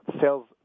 sales